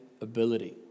ability